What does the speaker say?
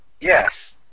Yes